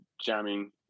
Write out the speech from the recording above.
jamming